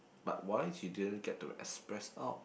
but why she didn't get to express out